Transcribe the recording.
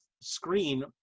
screen